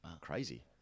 crazy